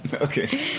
Okay